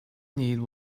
need